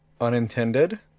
Unintended